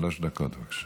שלוש דקות, בבקשה.